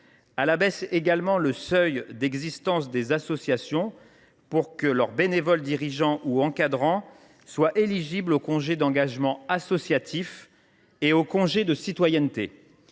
Elle abaisse également le seuil d’existence des associations pour que leurs bénévoles dirigeants ou encadrants soient éligibles au congé d’engagement associatif et au congé de citoyenneté.